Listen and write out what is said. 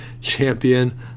champion